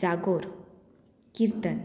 जागोर किर्तन